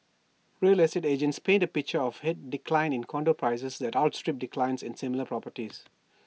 real estate agents paint A picture of A decline in condo prices that outstrips declines in similar properties